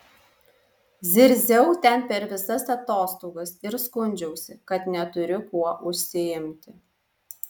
zirziau ten per visas atostogas ir skundžiausi kad neturiu kuo užsiimti